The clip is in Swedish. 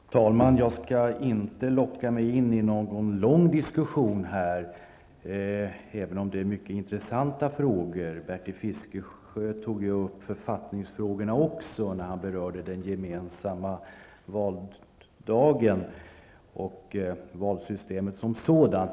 Fru talman! Jag skall inte här låta mig lockas in i någon lång diskussion även om det är mycket intressanta frågor. Bertil Fiskesjö berörde också författningsfrågorna när han tog upp frågorna om den gemensamma valdagen och valsystemet som sådant.